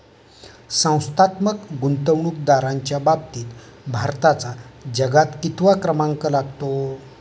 संस्थात्मक गुंतवणूकदारांच्या बाबतीत भारताचा जगात कितवा क्रमांक लागतो?